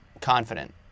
confident